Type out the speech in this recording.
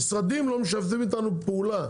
בינתיים המשרדים לא משתפים איתנו פעולה,